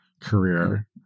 career